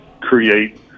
create